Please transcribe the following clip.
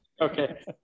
Okay